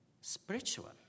spiritual